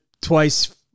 twice